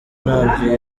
nabyo